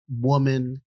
woman